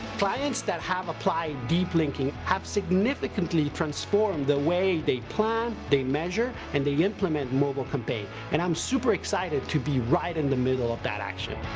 clients that have applied deep linking have significantly transformed the way they plan, they measure and they implement mobile campaign. and i'm super excited to be right in the middle of that action.